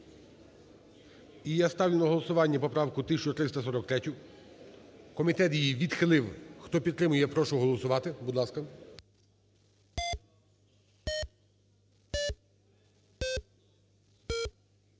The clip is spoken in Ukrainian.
І я ставлю на голосування поправку 1343. Комітет її відхилив. Хто підтримує, прошу голосувати. Будь ласка.